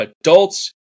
adults